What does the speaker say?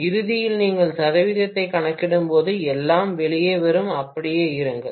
எனவே இறுதியில் நீங்கள் சதவீதத்தைக் கணக்கிடும்போது எல்லாம் வெளியே வரும் அப்படியே இருங்கள்